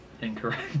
Incorrect